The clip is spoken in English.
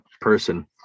person